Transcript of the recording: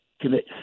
commit